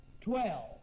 Twelve